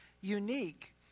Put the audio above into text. unique